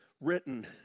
written